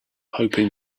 hoping